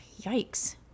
Yikes